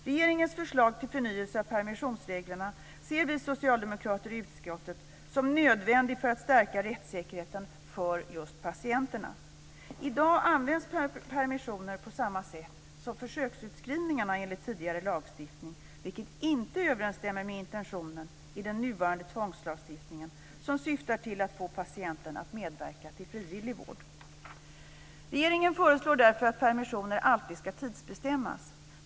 Regeringens förslag till förnyelse av permissionsreglerna ser vi socialdemokrater i utskottet som nödvändigt för att stärka rättssäkerheten för patienterna. I dag används permissioner på samma sätt som försöksutskrivningar enligt tidigare lagstiftning, vilket inte överensstämmer med intentionen i den nuvarande tvångslagstiftningen som syftar till att få patienten att medverka i frivillig vård. Regeringen föreslår därför att permissioner alltid ska tidsbestämmas.